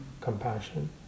compassion